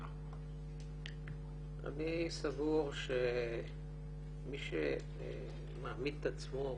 אני סבור שמי שמעמיד את עצמו